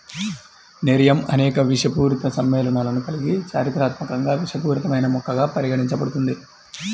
nerium అనేక విషపూరిత సమ్మేళనాలను కలిగి చారిత్రాత్మకంగా విషపూరితమైన మొక్కగా పరిగణించబడుతుంది